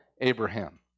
Abraham